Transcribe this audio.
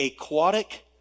aquatic